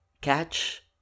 catch